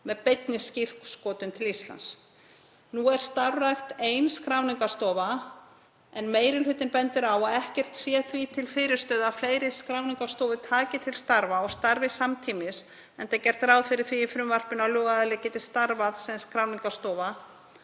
með beinni skírskotun til Íslands. Nú er starfrækt ein skráningarstofa en meiri hlutinn bendir á að ekkert sé því til fyrirstöðu að fleiri skráningarstofur taki til starfa og starfi samtímis enda er gert ráð fyrir því í frumvarpinu að lögaðili geti starfað sem skráningarstofa